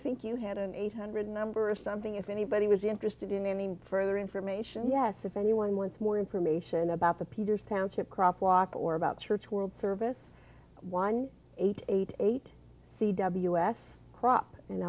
think you had an eight hundred number or something if anybody was interested in any further information yes if anyone wants more information about the peters township crosswalk or about church world service one eight eight eight c ws crop and